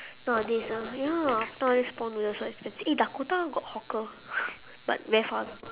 nowadays ah ya nowadays prawn noodles so expensive eh dakota got hawker but very far